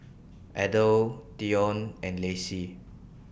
Adell Dionne and Lacy